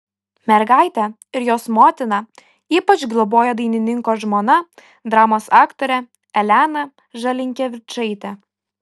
mergaitę ir jos motiną ypač globojo dainininko žmona dramos aktorė elena žalinkevičaitė